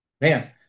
man